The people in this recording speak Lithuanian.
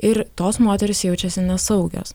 ir tos moterys jaučiasi nesaugios